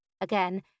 Again